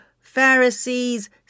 Pharisees